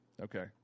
Okay